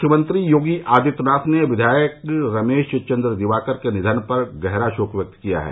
मुख्यमंत्री योगी आदित्यनाथ ने विधायक रमेश चन्द्र दिवाकर के निधन पर गहरा शोक व्यक्त किया है